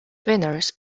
winners